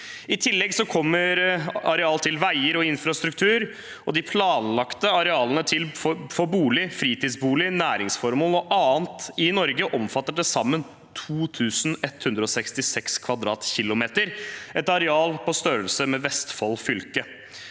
I tillegg kommer areal til veier og infrastruktur. De planlagte arealene for bolig, fritidsbolig, næringsformål og annet i Norge omfatter til sammen 2 166 km[2], et areal på størrelse med Vestfold fylke.